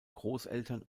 großeltern